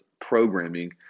programming